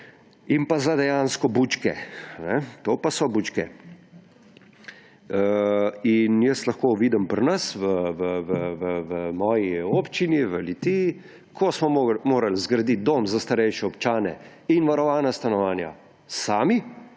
in pa za dejansko bučke. To pa so bučke. Jaz lahko vidim pri nas, v moji občini, v Litiji, ko smo morali zgraditi dom za starejše občane in varovana stanovanja sami,